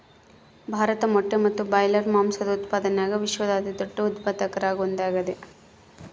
ಭಾರತ ಮೊಟ್ಟೆ ಮತ್ತು ಬ್ರಾಯ್ಲರ್ ಮಾಂಸದ ಉತ್ಪಾದನ್ಯಾಗ ವಿಶ್ವದ ಅತಿದೊಡ್ಡ ಉತ್ಪಾದಕರಾಗ ಒಂದಾಗ್ಯಾದ